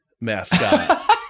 mascot